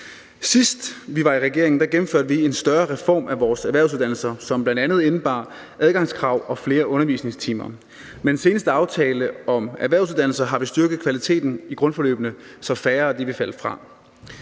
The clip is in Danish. Sidst vi var i regering, gennemførte vi en større reform af vores erhvervsuddannelser, som bl.a. indebar adgangskrav og flere undervisningstimer. Med den seneste aftale om erhvervsuddannelser har vi styrket kvaliteten i grundforløbene, så færre vil falde fra.